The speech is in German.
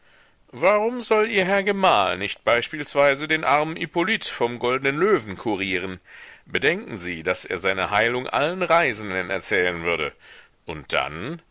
warum soll ihr herr gemahl nicht beispielsweise den armen hippolyt vom goldnen löwen kurieren bedenken sie daß er seine heilung allen reisenden erzählen würde und dann